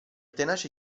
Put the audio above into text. tenace